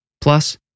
Plus